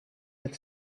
with